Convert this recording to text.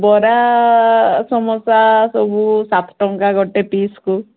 ବରା ସମୋସା ସବୁ ସାତ ଟଙ୍କା ଗୋଟେ ପିସ୍କୁ